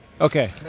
Okay